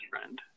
friend